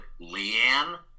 Leanne